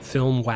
Film